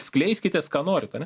skleiskitės ką norit ane